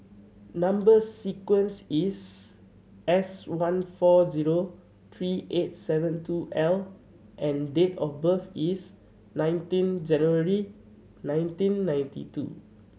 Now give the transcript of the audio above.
number sequence is S one four zero three eight seven two L and date of birth is nineteen January nineteen ninety two